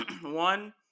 one